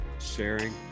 sharing